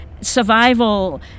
survival